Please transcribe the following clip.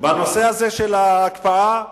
בנושא הזה של ההקפאה,